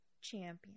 champion